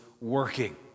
working